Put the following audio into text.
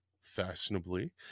fashionably